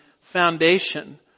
foundation